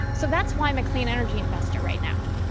so that's why i'm a clean energy investor right now.